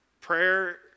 Prayer